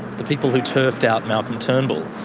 the people who turfed out malcolm turnbull.